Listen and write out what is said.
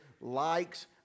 likes